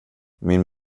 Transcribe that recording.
min